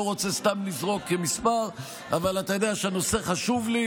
אני לא רוצה לזרוק סתם מספר אבל אתה יודע שהנושא חשוב לי,